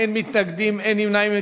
אין מתנגדים, אין נמנעים.